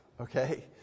Okay